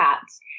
cats